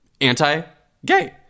anti-gay